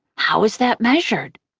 how is that measured?